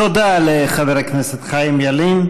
תודה לחבר הכנסת חיים ילין.